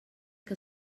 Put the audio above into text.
què